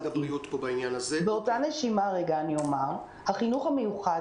החינוך המיוחד,